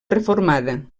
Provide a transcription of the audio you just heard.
reformada